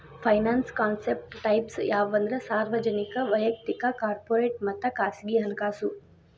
finance concept types ಯಾವಂದ್ರ ಸಾರ್ವಜನಿಕ ವಯಕ್ತಿಕ ಕಾರ್ಪೊರೇಟ್ ಮತ್ತ ಖಾಸಗಿ ಹಣಕಾಸು